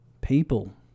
people